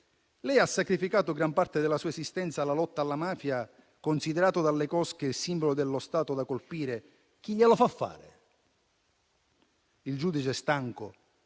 lei ha sacrificato gran parte della sua esistenza alla lotta alla mafia, considerato dalle cosche il simbolo dello Stato da colpire. Chi glielo fa fare?». Il giudice, stanco